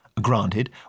Granted